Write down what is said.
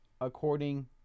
according